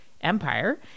empire